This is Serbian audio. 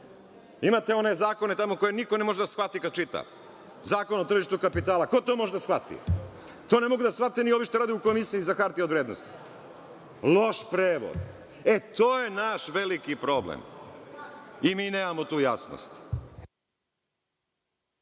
Imate one zakone koje niko ne može da shvati kada čita, Zakon o tržištu kapitala, ko to može da shvati. To ne mogu da shvate ni ovo što rade u Komisiji za hartije od vrednosti. Loš predlog. E to je naš veliki problem. I mi nemamo tu jasnost.